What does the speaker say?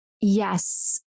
yes